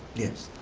yes.